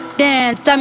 dance